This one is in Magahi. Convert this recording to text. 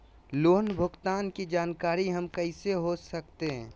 लोन भुगतान की जानकारी हम कैसे हो सकते हैं?